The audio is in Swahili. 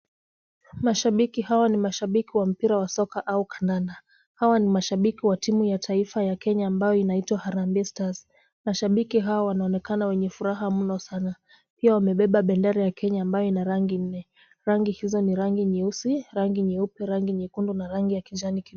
Mashabiki hawa ni mashabiki wa mpira wa soka au kandanda. Hawa ni bashabiki wa timu ya taifa ya kenya ambayo inaitwa harambe stars. Mashabiki hawa wanaonekana wenye furaha mno sana. Pia wamebeba bendera ya kenya ambayo ina rangi nne. Rangi hizo ni rangi nyeusi, rangi nyeupe, rangi nyekundu na rangi ya kijani kibichi.